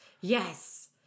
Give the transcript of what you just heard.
Yes